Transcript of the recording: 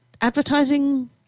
advertising